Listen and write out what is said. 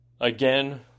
again